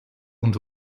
und